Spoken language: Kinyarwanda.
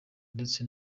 ndetse